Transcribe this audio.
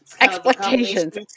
Expectations